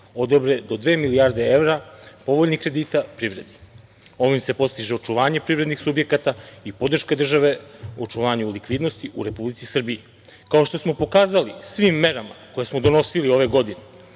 odobre do dve milijarde evra povoljnih kredita privredi. Ovim se postiže očuvanje privrednih subjekata i podrška države u očuvanju likvidnosti u Republici Srbiji. Kao što smo pokazali svim merama koje smo donosili ove godine,